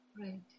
right